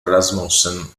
rasmussen